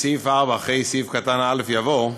בסעיף 4, אחרי סעיף קטן(א) יבוא: